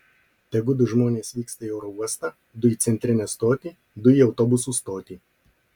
tegu du žmonės vyksta į oro uostą du į centrinę stotį du į autobusų stotį